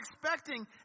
expecting